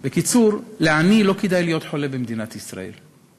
בקיצור, לעני לא כדאי להיות חולה במדינת ישראל.